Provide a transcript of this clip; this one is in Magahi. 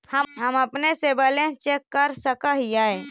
हम अपने से बैलेंस चेक कर सक हिए?